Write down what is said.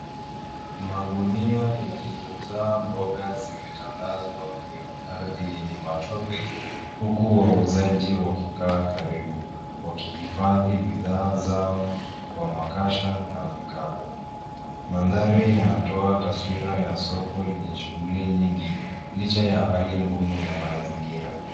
Magunia yaliyojaa mboga zimetandazwa kwenye ardhi yenye matope, huku wauzaji wakikaa karibu, wakihifadhi bidhaa zao kwa makasha na vikapu. Mandhari yanatoa taswira ya soko lenye shughuli nyingi, licha ya hali ngumu ya mazingira.